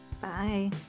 bye